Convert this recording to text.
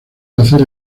nacer